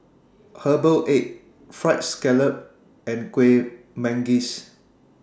Herbal Egg Fried Scallop and Kueh Manggis